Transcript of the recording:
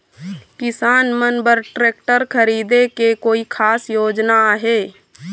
किसान मन बर ट्रैक्टर खरीदे के कोई खास योजना आहे?